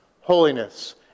holiness